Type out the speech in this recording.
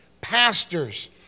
pastors